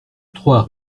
trois